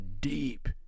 deep